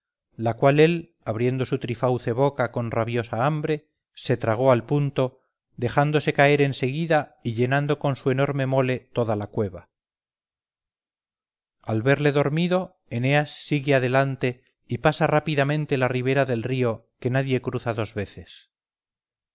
la cual él abriendo su trifauce boca con rabiosa hambre se tragó al punto dejándose caer en seguida y llenando con su enorme mole toda la cueva al verle dormido eneas sigue adelante y pasa rápidamente la ribera del río que nadie cruza dos veces